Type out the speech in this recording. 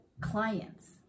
clients